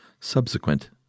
subsequent